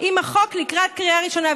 לקראת הקריאה השנייה והשלישית.